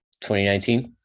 2019